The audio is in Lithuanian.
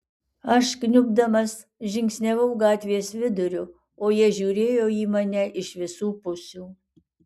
aš kniubdamas žingsniavau gatvės viduriu o jie žiūrėjo į mane iš visų pusių